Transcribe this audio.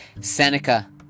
Seneca